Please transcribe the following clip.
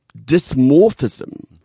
dysmorphism